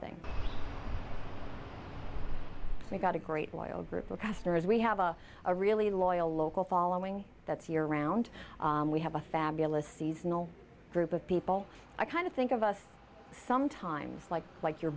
thing we've got a great loyal group of customers we have a a really loyal local following that's year round we have a fabulous seasonal group of people i kind of think of us sometimes like like your